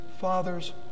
Father's